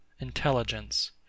intelligence